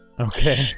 Okay